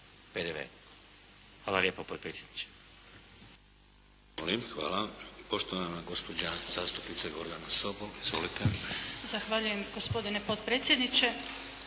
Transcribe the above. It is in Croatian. Hvala lijepa potpredsjedniče.